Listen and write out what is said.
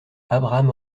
abraham